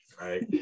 right